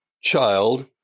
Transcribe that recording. child